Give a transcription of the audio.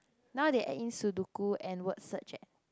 now they add in Sudoku and word search leh